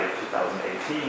2018